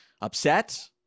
upset